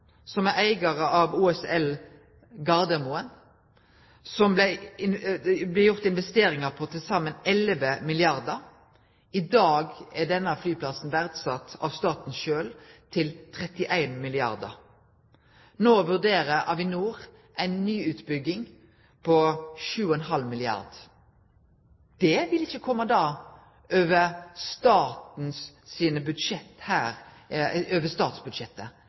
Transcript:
av OSL Gardermoen, som det blei gjort investeringar på for til saman 11 milliardar kr. I dag er denne flyplassen verdsett av staten sjølv til 31 milliardar kr. No vurderer Avinor ei ny utbygging for 7,5 milliardar kr. Det vil ikkje kome over